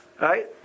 Right